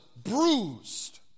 Bruised